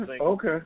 Okay